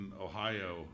Ohio